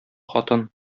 хатын